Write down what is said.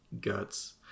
Guts